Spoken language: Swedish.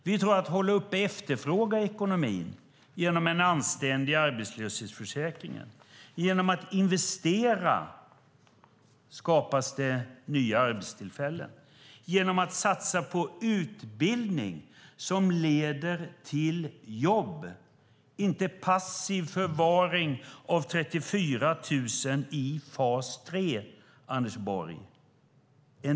Vi tror på att hålla efterfrågan uppe i ekonomin med hjälp av en anständig arbetslöshetsförsäkring, investera för att skapa nya arbetstillfällen och satsa på utbildning som leder till jobb, inte passiv förvaring av 34 000 i fas 3, Anders Borg.